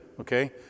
Okay